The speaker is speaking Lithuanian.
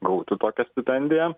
gautų tokią stipendiją